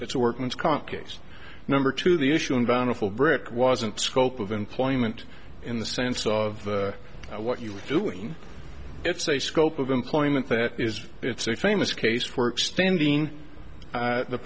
it's a workman's comp case number two the issue in bountiful brick wasn't scope of employment in the sense of what you were doing it's a scope of employment that is it's a famous case for extending the